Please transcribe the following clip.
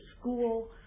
school